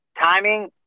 timing